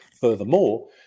Furthermore